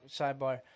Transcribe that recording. sidebar